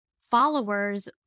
followers